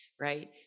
right